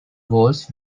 goals